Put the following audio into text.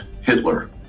Hitler